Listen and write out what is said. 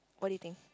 what do you think